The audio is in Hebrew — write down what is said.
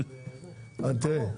תראה,